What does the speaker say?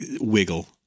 wiggle